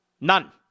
None